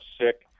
sick